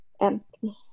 empty